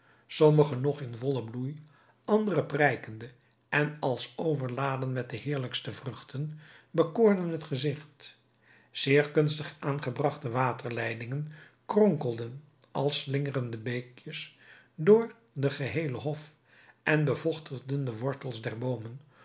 sommige nog in vollen bloei andere prijkende en als overladen met de heerlijkste vruchten bekoorden het gezigt zeer kunstig aangebragte waterleidingen kronkelden als slingerende beekjes door den geheelen hof en bevochtigden de wortels der boomen